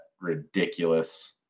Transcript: ridiculous